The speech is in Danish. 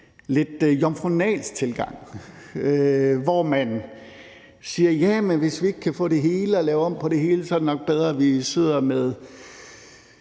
lidt jomfrunalsk tilgang, hvor man siger, at hvis man ikke kan få det hele og lave om på det hele, er det nok bedre, at man sidder med